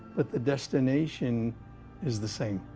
but the destination is the same.